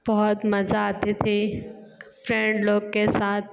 बहुत मज़ा आती थी फ़्रेंड लोग के साथ